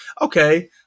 okay